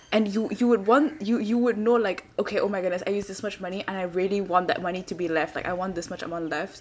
and you you would want you you would know like okay oh my goodness I used this much money and I really want that money to be left like I want this much amount left